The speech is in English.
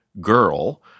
girl